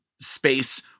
space